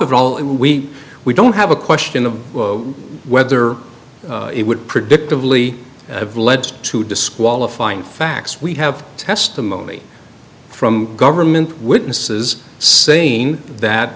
of all it we we don't have a question of whether it would predictably have led to disqualifying facts we have testimony from government witnesses saying that